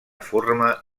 forma